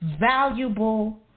valuable